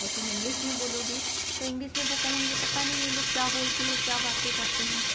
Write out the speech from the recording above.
और तुम इंग्लिश में बोलोगे तो इंग्लिश में वो कहेंगे पता नहीं ये लोग क्या बोलते हैं क्या बातें करते हैं